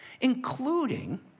including